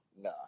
Nah